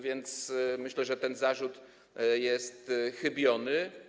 Więc myślę, że ten zarzut jest chybiony.